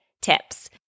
tips